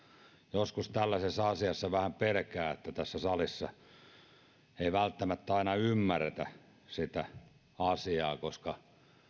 joskus vähän pelkää että tässä salissa ei välttämättä aina ymmärretä tällaista asiaa koska